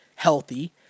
healthy